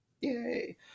yay